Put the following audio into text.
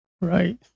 Right